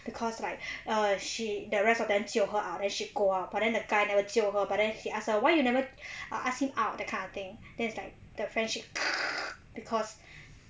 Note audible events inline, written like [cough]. because like err she the rest of them jio her out then she go out but then the guy never jio her but then he ask her why you never ask him out that kind of thing then is like the friendship [noise] because